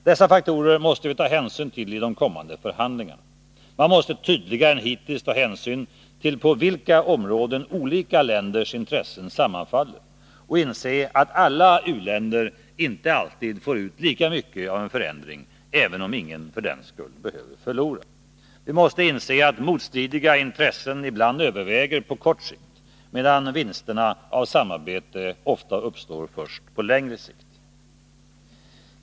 Dessa faktorer måste vi ta hänsyn till i kommande förhandlingar. Man måste tydligare än hittills ta hänsyn till på vilka områden olika länders intressen sammanfaller och inse att alla u-länder inte alltid får ut lika mycket av en förändring, även om ingen för den skull behöver förlora. Vi måste inse att motstridiga intressen ibland överväger på kort sikt medan vinsterna av samarbete ofta uppstår först på längre sikt.